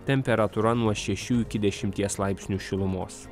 temperatūra nuo šešių iki dešimties laipsnių šilumos